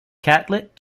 catlett